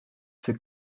für